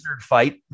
fight